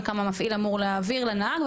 וכמה מפעיל אמור להעביר לנהג,